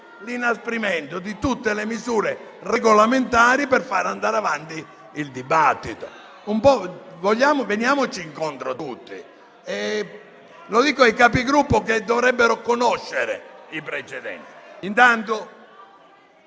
l'inasprimento di tutte le misure regolamentari per far andare avanti il dibattito. Veniamoci incontro tutti: lo dico ai Capigruppo, che dovrebbero conoscere i precedenti.